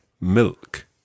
milk